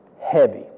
heavy